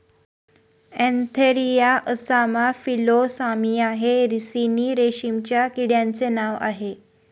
Antheraea assama Philosamia हे ricini रेशीमच्या किड्यांचे नाव आह